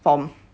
form